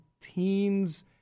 teens